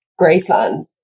Graceland